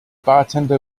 bartender